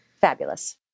Fabulous